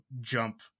jump